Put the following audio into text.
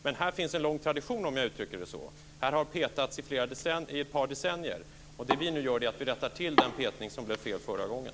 Men här finns en lång tradition, om jag uttrycker mig så. Här har petats i ett par decennier, och det vi nu gör är att vi rättar till den petning som blev fel förra gången.